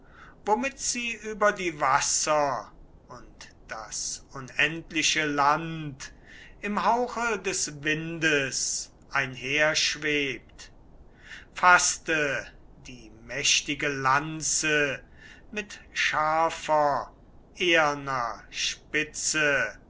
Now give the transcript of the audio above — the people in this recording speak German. womit sie über die wasser und das unendliche land im hauche des windes einherschwebt faßte die mächtige lanze mit scharfer eherner spitze